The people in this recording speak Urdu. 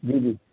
جی جی